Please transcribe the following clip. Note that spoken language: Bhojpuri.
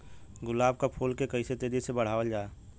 गुलाब क फूल के कइसे तेजी से बढ़ावल जा?